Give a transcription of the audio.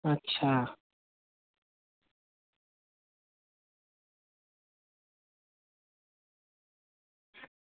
अच्छा